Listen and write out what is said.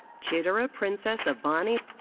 chiderah princess abani.